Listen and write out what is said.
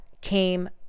came